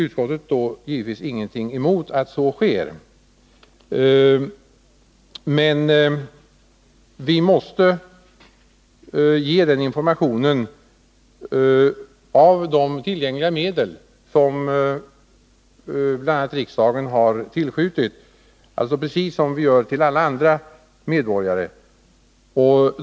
Utskottet har givetvis ingenting emot att så sker, men vi måste ge den informationen av de tillgängliga medel som riksdagen har tillskjutit, precis som vi gör till alla andra medborgare.